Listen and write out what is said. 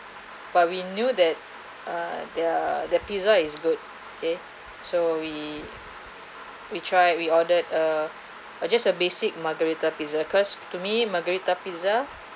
but we knew that uh their the pizza is good okay so we we try we ordered a a just a basic margarita pizza because to me margarita pizza